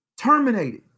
terminated